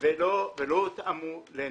שנבנו ולא הותאמו לנכים.